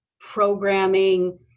programming